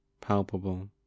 palpable